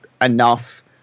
enough